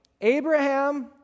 Abraham